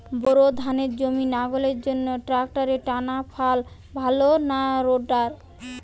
Bore ধানের জমি লাঙ্গলের জন্য ট্রাকটারের টানাফাল ভালো না রোটার?